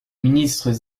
ministres